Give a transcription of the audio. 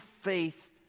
faith